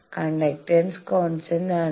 conductance constant ആണ്